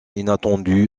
inattendu